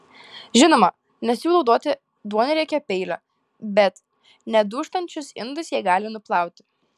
žinoma nesiūlau duoti duonriekio peilio bet nedūžtančius indus jie gali nuplauti